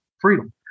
freedom